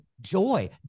joy